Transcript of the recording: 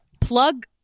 plug